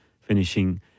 finishing